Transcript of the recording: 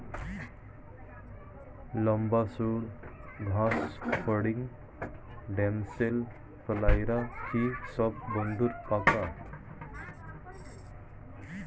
লম্বা সুড় ঘাসফড়িং ড্যামসেল ফ্লাইরা কি সব বন্ধুর পোকা?